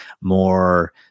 more